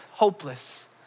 Hopeless